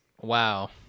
Wow